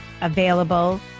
available